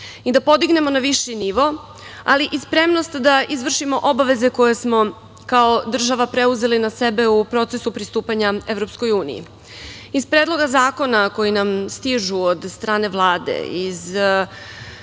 i da podignemo na viši nivo, ali i spremnost da izvršimo obaveze koje smo kao država preuzeli na sebe u procesu pristupanja EU.Iz predloga zakona koji nam stižu od strane vlade, iz